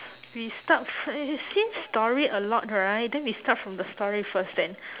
we start fi~ eh eh since story a lot right then we start from the story first then